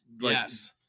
Yes